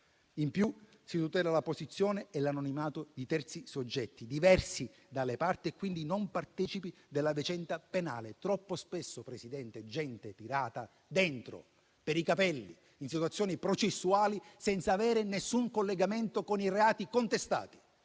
In più, si tutelano la posizione e l'anonimato di terzi soggetti, diversi dalle parti e quindi non partecipi della vicenda penale. Troppo spesso, Presidente, la gente viene tirata dentro per i capelli in situazioni processuali, senza avere alcun collegamento con i reati contestati